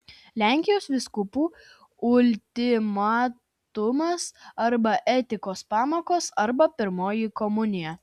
lenkijos vyskupų ultimatumas arba etikos pamokos arba pirmoji komunija